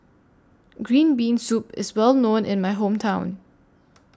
Green Bean Soup IS Well known in My Hometown